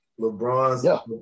LeBron's